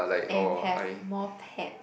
and have more pet